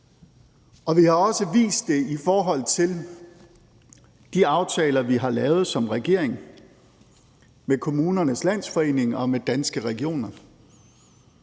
Vi har også vist det i forhold til de aftaler, vi som regering har lavet med Kommunernes Landsforening og med Danske Regioner.